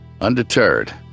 Undeterred